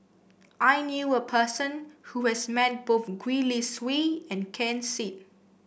I knew a person who has met both Gwee Li Sui and Ken Seet